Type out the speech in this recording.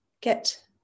get